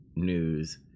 News